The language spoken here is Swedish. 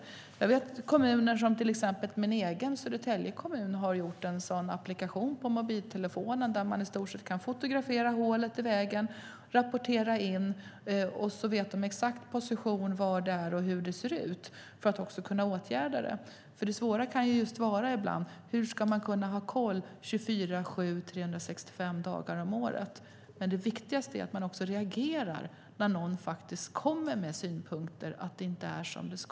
Min egen hemkommun till exempel, Södertälje kommun, har gjort en sådan applikation till mobiltelefonen. Med den kan man i stort sett fotografera hålet i vägen och rapportera in det, och så vet de den exakta positionen och hur det ser ut, och så kan de åtgärda felet. Det svåra är hur man ska kunna ha koll 24:7 och 365 dagar om året. Men det viktigaste är att man faktiskt reagerar när någon kommer med synpunkter om att något inte är som det ska.